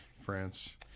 France